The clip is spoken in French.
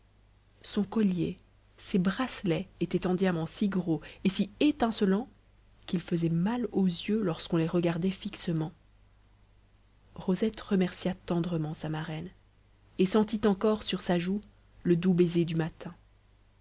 son collier ses bracelets étaient en diamants si gros et si étincelants qu'ils faisaient mal aux yeux lorsqu'on les regardait fixement rosette remercia tendrement sa marraine et sentit encore sur sa joue le doux baiser du matin